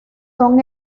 son